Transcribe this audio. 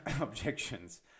objections